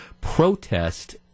protest